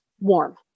warm